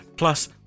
Plus